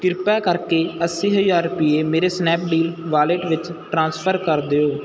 ਕਿਰਪਾ ਕਰਕੇ ਅੱਸੀ ਹਜ਼ਾਰ ਰੁਪਈਏ ਮੇਰੇ ਸਨੈਪਡੀਲ ਵਾਲੇਟ ਵਿੱਚ ਟ੍ਰਾਂਸਫਰ ਕਰ ਦਿਓ